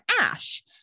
ash